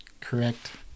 correct